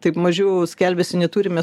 taip mažiau skelbiasi neturime